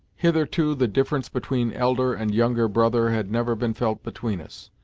hitherto, the difference between elder and younger brother had never been felt between us,